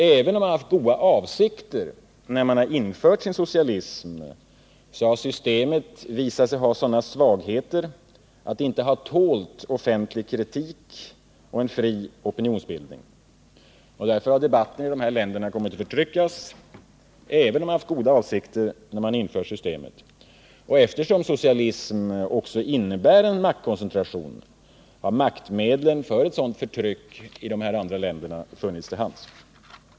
Även om man haft goda avsikter när man infört sin socialism, har systemet visat sig ha sådana svagheter att det inte tålt offentlig kritik och en fri opinionsbildning. Därför har debatten i dessa länder kommit att förtryckas, även om man haft goda föresatser vid införandet av systemet. Eftersom socialism också innebär en maktkoncentration, har även maktmedlen för ett sådant förtryck i dessa länder funnits till hands.